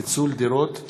פיצול דירות)